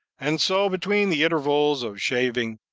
and so, between the intervals of shaving,